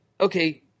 okay